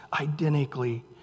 identically